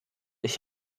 ich